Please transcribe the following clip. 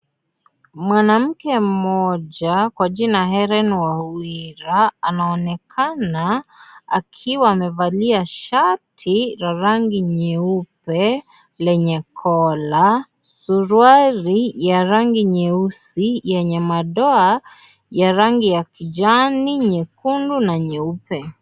Mwanamke mmoja kwa jina Hellen Wawira anaonekana akiwa amevalia shati la rangi nyeupe lenye kola suruali ya rangi nyeusi yenye madoa ya rangi ya kijani, nyekundu na nyeupe.